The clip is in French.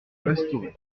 restaurer